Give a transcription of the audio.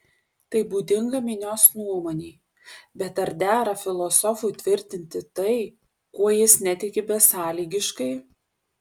tai būdinga minios nuomonei bet ar dera filosofui tvirtinti tai kuo jis netiki besąlygiškai